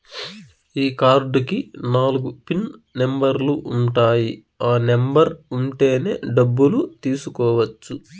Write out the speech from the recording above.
ఈ కార్డ్ కి నాలుగు పిన్ నెంబర్లు ఉంటాయి ఆ నెంబర్ ఉంటేనే డబ్బులు తీసుకోవచ్చు